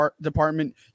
department